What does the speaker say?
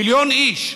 מיליון איש.